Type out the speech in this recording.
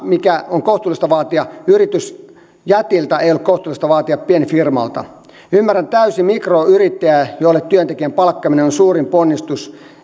mikä on kohtuullista vaatia yritysjätiltä ei ei ole kohtuullista vaatia pienfirmalta ymmärrän täysin mikroyrittäjää jolle työntekijän palkkaaminen on suurin ponnistus